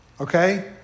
okay